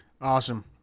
awesome